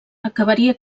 acabaria